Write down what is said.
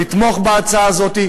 לתמוך בהצעה הזאת,